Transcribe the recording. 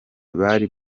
bari